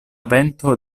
vento